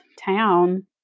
town